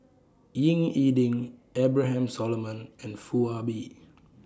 Ying E Ding Abraham Solomon and Foo Ah Bee